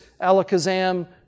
Alakazam